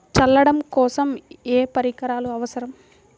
చల్లడం కోసం ఏ పరికరాలు అవసరం?